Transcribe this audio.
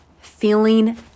feeling